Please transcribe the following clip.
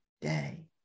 day